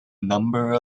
number